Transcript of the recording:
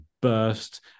burst